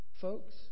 Folks